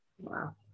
Wow